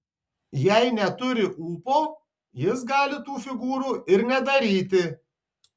jei neturi ūpo jis gali tų figūrų ir nedaryti